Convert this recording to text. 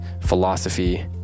philosophy